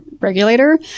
regulator